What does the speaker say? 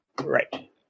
Right